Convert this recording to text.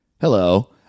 Hello